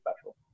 special